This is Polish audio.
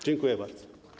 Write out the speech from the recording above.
Dziękuję bardzo.